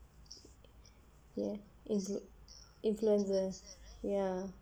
ya influ~ influenza ya